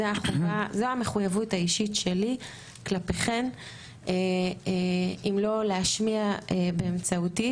זו המחויבות האישית שלי כלפיכן אם לא להשמיע באמצעותי,